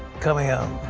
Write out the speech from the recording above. coming up.